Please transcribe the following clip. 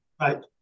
Right